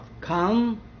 come